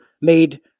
made